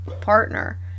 partner